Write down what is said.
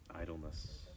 idleness